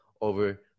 over